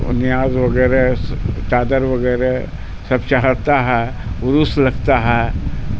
نیاز وغیرہ چادر وغیرہ سب چڑھاتا ہے عرس لگتا ہے